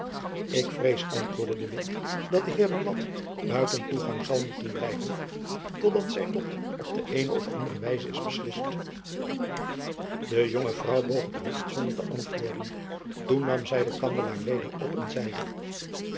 ik vrees antwoordde de witt dat de heer buat buiten toegang zal moeten blijven tot dat zijn lot op de eene of andere wijze is beslist de jonge vrouw boog het hoofd zonder te antwoorden toen nam zy den kandelaar weder op en zeide